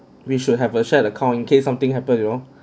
we should have a shared account in case something happens you know